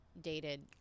dated